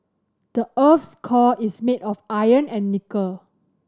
the earth's core is made of iron and nickel